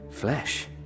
Flesh